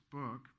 book